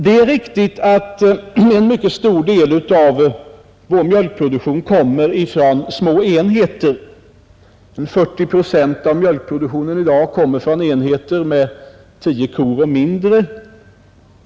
Det är riktigt att en mycket stor del av vår mjölkproduktion kommer från små enheter. 40 procent av mjölkproduktionen i dag kommer från enheter med tio kor eller mindre.